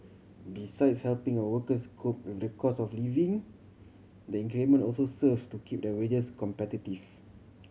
besides helping our workers cope with the cost of living the increment also serves to keep their wages competitive